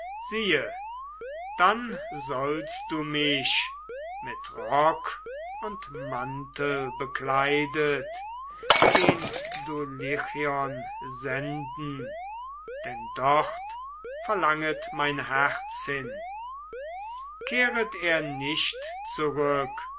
siehe dann sollst du mich mit rock und mantel bekleidet gen dulichion senden denn dort verlanget mein herz hin kehret er nicht zurück